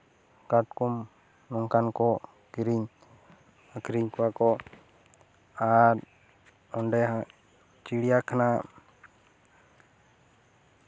ᱠᱟᱴᱠᱚᱢ ᱱᱚᱝᱠᱟᱱ ᱠᱚ ᱠᱤᱨᱤᱧᱼᱟᱹᱠᱷᱨᱤᱧ ᱠᱚᱣᱟᱠᱚ ᱟᱨ ᱚᱸᱰᱮ ᱪᱤᱲᱤᱭᱟ ᱠᱷᱟᱱᱟ